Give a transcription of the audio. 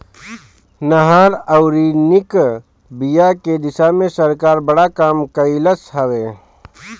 नहर अउरी निक बिया के दिशा में सरकार बड़ा काम कइलस हवे